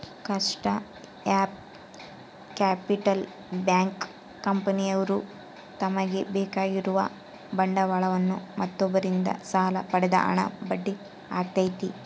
cost of capital bank, ಕಂಪನಿಯವ್ರು ತಮಗೆ ಬೇಕಾಗಿರುವ ಬಂಡವಾಳವನ್ನು ಮತ್ತೊಬ್ಬರಿಂದ ಸಾಲ ಪಡೆದ ಹಣ ಬಡ್ಡಿ ಆಗೈತೆ